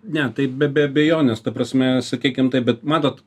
ne taip be be abejonės ta prasme sakykim taip bet matot